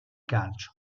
calcio